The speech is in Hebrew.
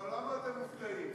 אבל למה אתם מופתעים?